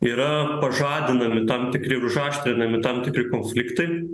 yra pažadinami tam tikri ir užaštrinami tam tikri konfliktai